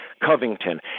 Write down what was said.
Covington